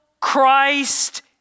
Christ